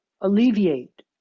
alleviate